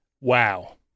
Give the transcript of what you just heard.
Wow